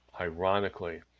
ironically